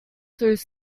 through